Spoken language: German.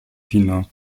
tina